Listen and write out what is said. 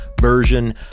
version